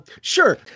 Sure